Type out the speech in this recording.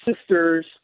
sisters